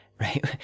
right